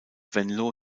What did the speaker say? venlo